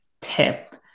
tip